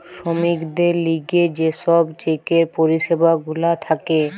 শ্রমিকদের লিগে যে সব চেকের পরিষেবা গুলা থাকে